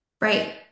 right